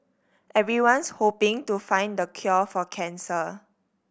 everyone's hoping to find the cure for cancer